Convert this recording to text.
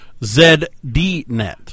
ZDNet